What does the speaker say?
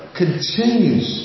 continues